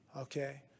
okay